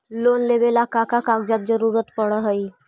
Loan लेवेला का का कागजात जरूरत पड़ हइ?